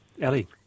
Ellie